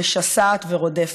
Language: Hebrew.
משסעת ורודפת.